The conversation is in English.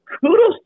kudos